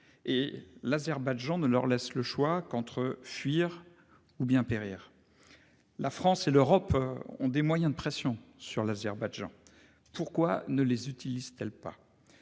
Et l'Azerbaïdjan ne leur laisse le choix qu'entre fuir ou bien périr. La France et l'Europe ont des moyens de pression sur l'Azerbaïdjan. Pourquoi ne les utilise-t-elle pas.